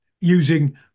using